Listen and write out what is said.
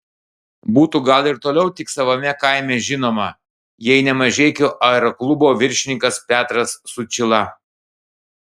būtų gal ir toliau tik savame kaime žinoma jei ne mažeikių aeroklubo viršininkas petras sučyla